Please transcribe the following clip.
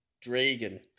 Dragon